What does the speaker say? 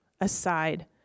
aside